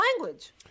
language